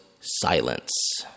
silence